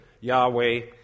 Yahweh